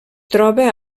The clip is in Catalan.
troba